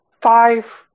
five